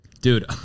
dude